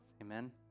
Amen